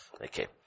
Okay